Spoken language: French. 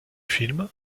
film